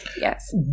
Yes